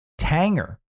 Tanger